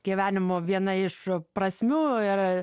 gyvenimo viena iš prasmių ir